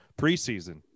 preseason